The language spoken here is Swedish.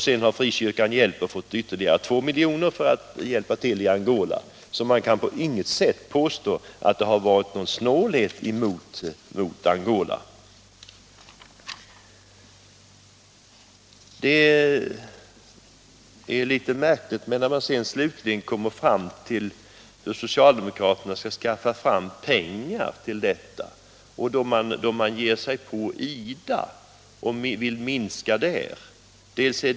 Sedan har Frikyrkan fått ytterligare 2 milj.kr. för hjälp till Angola. Så man kan inte alls påstå att vi har varit snåla mot Angola. När det sedan gäller att skaffa fram pengar är det märkligt att socialdemokraterna vill minska anslaget till IDA.